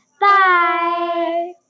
Bye